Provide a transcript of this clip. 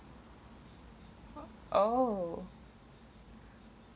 oh